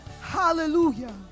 Hallelujah